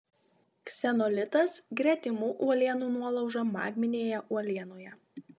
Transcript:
ksenolitas gretimų uolienų nuolauža magminėje uolienoje